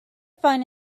find